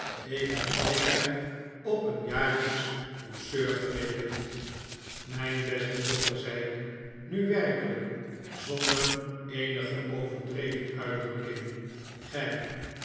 ik heb altijd op een jaarlijksch douceur gerekend mijn beste doctor zei ik nu werkelijk zonder eenige overdreven uitdrukking gij